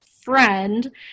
friend